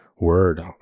word